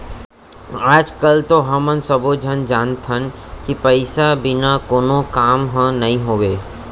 आज काल तो हमन सब्बो झन जानत हन कि पइसा बिना कोनो काम ह नइ होवय